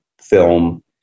film